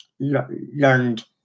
learned